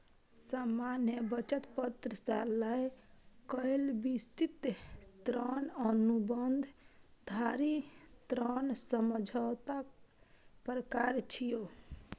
सामान्य वचन पत्र सं लए कए विस्तृत ऋण अनुबंध धरि ऋण समझौताक प्रकार छियै